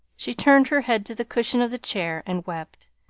she turned her head to the cushion of the chair and wept,